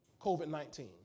COVID-19